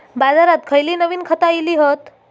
बाजारात खयली नवीन खता इली हत?